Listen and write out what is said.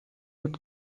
would